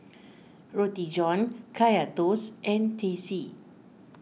Roti John Kaya Toast and Teh C